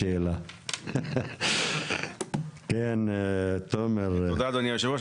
תודה אדוני היושב ראש.